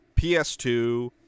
PS2